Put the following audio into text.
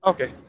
Okay